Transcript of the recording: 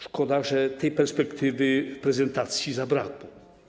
Szkoda, że tej perspektywy w prezentacji zabrakło.